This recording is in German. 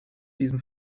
diesem